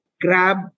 grab